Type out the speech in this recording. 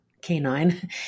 canine